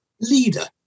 Leader